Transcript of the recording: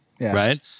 right